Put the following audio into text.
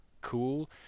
cool